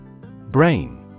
Brain